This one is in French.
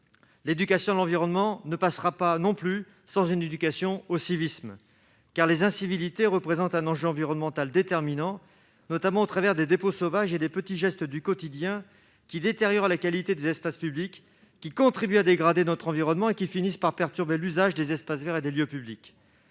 L'éducation à l'environnement ne pourra pas se passer d'une éducation au civisme, car les incivilités représentent un enjeu environnemental déterminant, notamment au travers des dépôts sauvages et des petits gestes du quotidien qui détériorent la qualité des espaces publics, qui contribuent à dégrader notre environnement et qui finissent par perturber l'usage des espaces verts et des lieux publics.